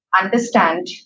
Understand